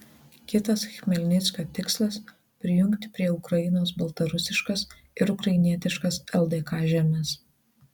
kitas chmelnickio tikslas prijungti prie ukrainos baltarusiškas ir ukrainietiškas ldk žemes